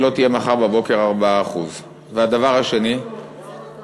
לא יהיו מחר בבוקר 4%. גם לא